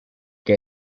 que